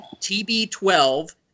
TB12